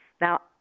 Now